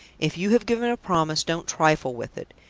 if you have given a promise, don't trifle with it,